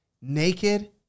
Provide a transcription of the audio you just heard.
naked